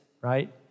right